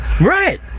Right